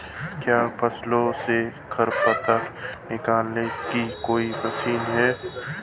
क्या फसलों से खरपतवार निकालने की कोई मशीन है?